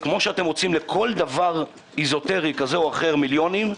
כפי שאתם מוצאים לכל דבר אזוטרי כזה או אחר מיליונים,